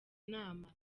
inama